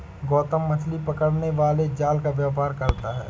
गौतम मछली पकड़ने वाले जाल का व्यापार करता है